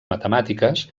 matemàtiques